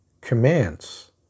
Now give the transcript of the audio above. commands